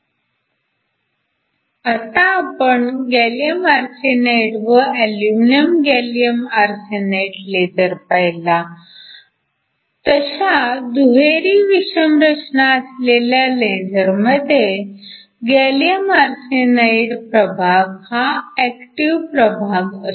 आपण आताच gallium arsenide व अल्युमिनिअम गॅलीअम आर्सेनाईड लेझर पाहिला तशा दुहेरी विषम रचना असलेल्या लेझर मध्ये गॅलीअम आर्सेनाईड प्रभाग हा ऍक्टिव्ह प्रभाग असतो